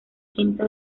quinto